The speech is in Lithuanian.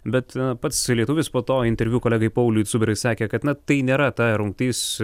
bet pats lietuvis po to interviu kolegai pauliui cuberai sakė kad na tai nėra ta rungtis